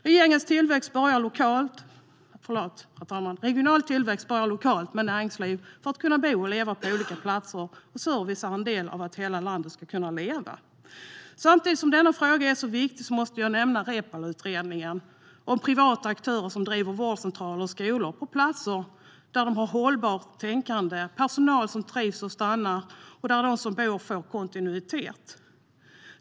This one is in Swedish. Regional tillväxt börjar lokalt med näringsliv för att man ska kunna bo och leva på olika platser. Service är en del av att hela landet ska kunna leva. Samtidigt som denna fråga är så viktig måste jag nämna Reepaluutredningen om privata aktörer som driver vårdcentraler och skolor på platser där de har hållbart tänkande och har personal som trivs och stannar och där de som bor på platsen får kontinuitet.